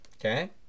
Okay